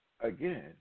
again